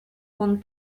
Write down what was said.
con